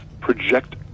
project